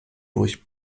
durch